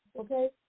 okay